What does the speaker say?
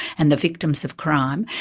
and the victims of crime,